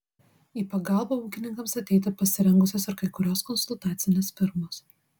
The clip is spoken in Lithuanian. į pagalbą ūkininkams ateiti pasirengusios ir kai kurios konsultacinės firmos